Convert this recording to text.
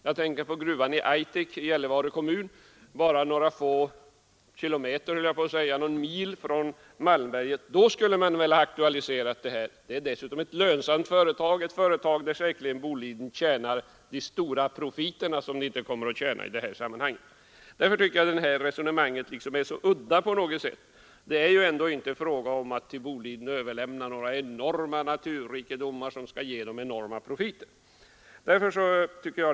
Jag tänker på gruvan i Aitek i Gällivare kommun, som ligger bara någon mil från Malmberget. Där hade man alltså kunnat aktualisera den här brytningen. Det är dessutom ett lönsamt företag, där säkerligen Boliden gör de stora profiter som man nog inte kommer att göra i det här fallet. Därför tycker jag detta resonemang på något sätt är så udda. Det är ju inte fråga om att till Boliden överlämna några enorma rikedomar som skall ge bolaget enorma profiter.